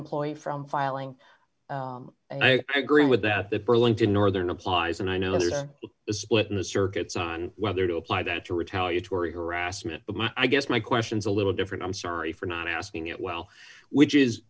employee from filing and i agree with that the burlington northern applies and i know there's a split in the circuits on whether to apply that to retaliatory harassment but i guess my question's a little different i'm sorry for not asking it well which is